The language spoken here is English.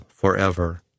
forever